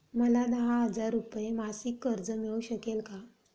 मला दहा हजार रुपये मासिक कर्ज मिळू शकेल का?